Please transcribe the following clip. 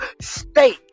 state